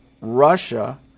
Russia